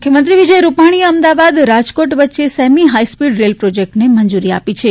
મુખ્યમંત્રી વિજયભાઇ રૂપાણીએ અમદાવાદ રાજકોટ વચ્ચે સેમી હાઇસ્પીડ રેલ પ્રોજેક્ટને મંજુરી આપી છે